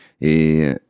Et